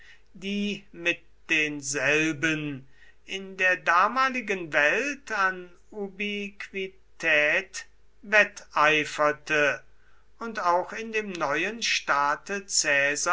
die mit denselben in der damaligen welt an ubiquität wetteiferte und auch in dem neuen staate